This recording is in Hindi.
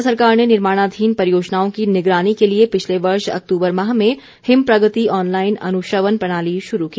राज्य सरकार ने निर्माणाधीन परियोजनाओं की निगरानी के लिए पिछले वर्ष अक्तूबर माह में हिम प्रगति आनलाईन अनुश्रवण प्रणाली शुरू की